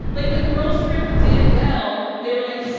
like, when girls trip did well, they were like,